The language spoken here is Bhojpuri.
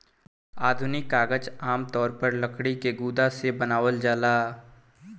आधुनिक कागज आमतौर पर लकड़ी के गुदा से बनावल जाला